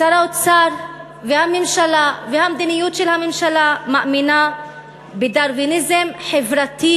שר האוצר והממשלה והמדיניות של הממשלה מאמינים בדרוויניזם חברתי,